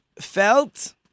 felt